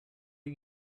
are